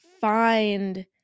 find